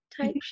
type